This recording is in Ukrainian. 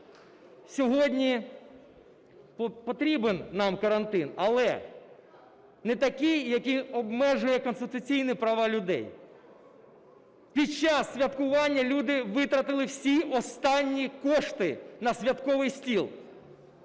Сьогодні потрібен нам карантин, але не такий, який обмежує конституційні права людей. Під час святкування люди витратили всі останні кошти на святковий стіл.